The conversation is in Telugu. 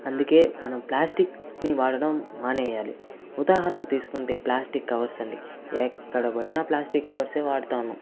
అందుకే మనం ప్లాస్టిక్ ని వాడడం మానేయాలి ఉదాహరణ తీసుకుంటే ప్లాస్టిక్ కవర్స్ అండి ఎక్కడ పోయినా ప్లాస్టిక్ కవర్స్ ఏ వాడుతూ ఉన్నాం